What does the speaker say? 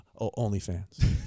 OnlyFans